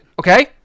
okay